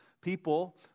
People